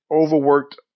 overworked